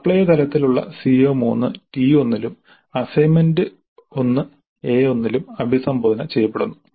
apply തലത്തിലുള്ള CO3 T 1 ലും assignment 1 A 1 ലും അഭിസംബോധന ചെയ്യപ്പെടുന്നു